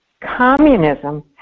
communism